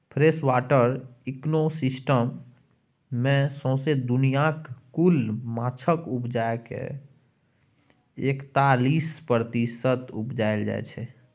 freshwater ecosystem मे सौसें दुनियाँक कुल माछक उपजा केर एकतालीस प्रतिशत उपजाएल जाइ छै